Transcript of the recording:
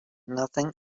nothing